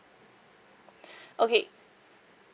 okay